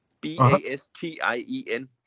B-A-S-T-I-E-N